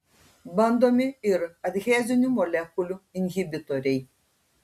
bandomi ir adhezinių molekulių inhibitoriai